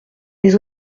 des